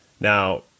Now